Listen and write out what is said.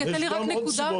תן לי רק נקודה,